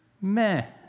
meh